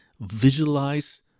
visualize